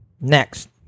Next